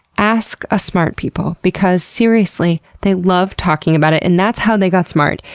ask ah smart people because seriously, they love talking about it. and that's how they got smart,